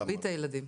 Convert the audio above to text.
מרבית הילדים.